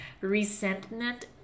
Resentment